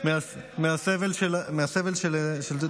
אדוני היושב-ראש,